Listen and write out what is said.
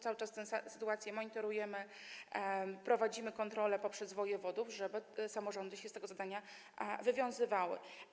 Cały czas tę sytuację monitorujemy, prowadzimy kontrolę poprzez wojewodów, żeby samorządy się z tego zadania wywiązywały.